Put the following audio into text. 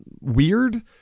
weird